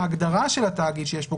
ההגדרה של התאגיד שיש כאן,